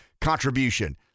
contribution